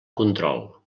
control